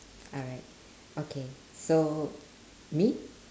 alright okay so me